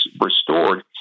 restored